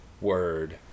Word